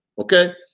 Okay